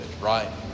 right